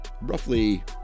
roughly